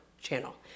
channel